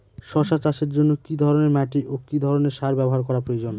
শশা চাষের জন্য কি ধরণের মাটি ও কি ধরণের সার ব্যাবহার করা প্রয়োজন?